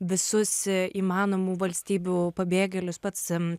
visos įmanomų valstybių pabėgėlius pats